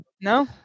No